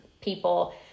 people